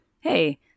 hey